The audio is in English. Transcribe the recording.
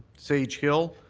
sage hill.